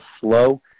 slow